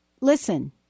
listen